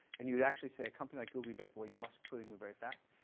and you'd actually say a company like google, well you must clearly move very fast,